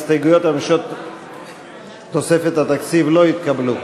לשנת התקציב 2016, בדבר תוספת תקציב לא נתקבלו.